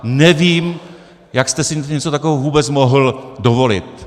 Nevím, jak jste si něco takového vůbec mohl dovolit.